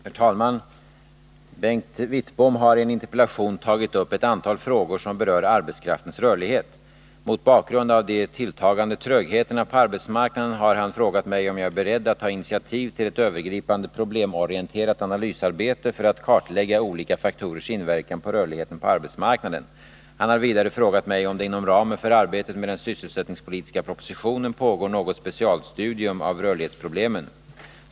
Herr talman! Bengt Wittbom har i en interpellation tagit upp ett antal frågor som berör arbetskraftens rörlighet. Mot bakgrund av de tilltagande trögheterna på arbetsmarknaden har han frågat mig om jag är beredd att ta initiativ till ett övergripande problemorienterat analysarbete för att kartlägga olika faktorers inverkan på rörligheten på arbetsmarknaden. Han har vidare frågat mig om det inom ramen för arbetet med den sysselsättningspolitiska propositionen pågår något specialstudium av rörlighetsproblemen.